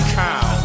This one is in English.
cow